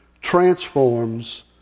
transforms